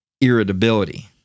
irritability